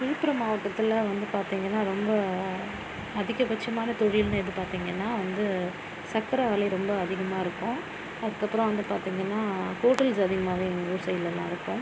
விழுப்புரம் மாவட்டத்தில் வந்து பார்த்திங்கன்னா ரொம்ப அதிகபட்சமான தொழில்னு எது பார்த்திங்கன்னா வந்து சர்க்கரை ஆலை ரொம்ப அதிகமாக ருக்கும் அதற்கப்பறம் வந்து பார்த்திங்கன்னா ஹோட்டல்ஸ் அதிகமாகவே எங்கள் ஊர் சைடுலலாம் இருக்கும்